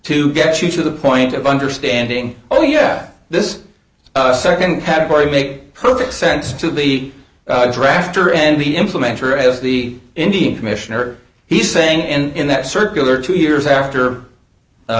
to get you to the point of understanding oh yeah this is the nd category make perfect sense to be a draft or end the implementor as the indian commissioner he's saying and that circular two years after